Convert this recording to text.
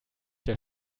der